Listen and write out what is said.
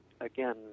again